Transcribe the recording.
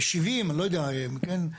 370, אני לא יודע, כן?